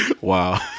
Wow